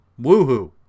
woohoo